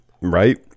Right